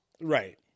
Right